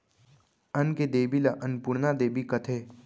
अन्न के देबी ल अनपुरना देबी कथें